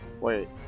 Wait